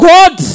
God